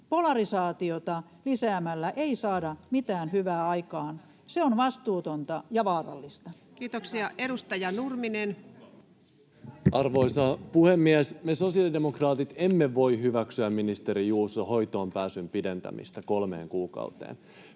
Polarisaatiota lisäämällä ei saada mitään hyvää aikaan. Se on vastuutonta ja vaarallista. Kiitoksia. — Edustaja Nurminen. Arvoisa puhemies! Me sosiaalidemokraatit emme voi hyväksyä, ministeri Juuso, hoitoonpääsyn pidentämistä kolmeen kuukauteen.